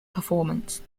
performance